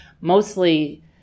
Mostly